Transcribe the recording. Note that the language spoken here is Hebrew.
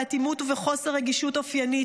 באטימות ובחוסר רגישות אופיינית,